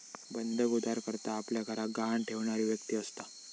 बंधक उधारकर्ता आपल्या घराक गहाण ठेवणारी व्यक्ती असता